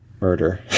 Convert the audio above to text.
murder